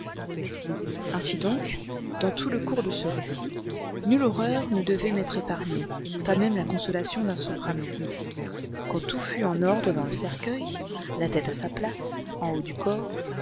ainsi donc dans tout le cours de ce récit nulle horreur ne devait m'être épargnée pas même la consolation d'un soprano quand tout fut en ordre dans le cercueil la tête à sa place au haut du corps